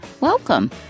Welcome